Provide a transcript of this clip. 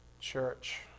church